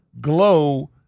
glow